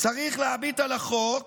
צריך להביט על החוק,